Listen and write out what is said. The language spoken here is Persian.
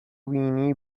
بینی